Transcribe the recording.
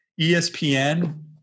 ESPN